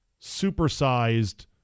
supersized